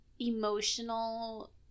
emotional